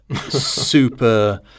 super